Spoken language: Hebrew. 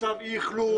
צו אי אכלוס,